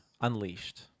Unleashed